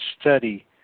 study